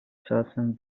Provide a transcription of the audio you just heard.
czasem